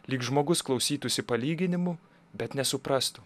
lyg žmogus klausytųsi palyginimų bet nesuprastų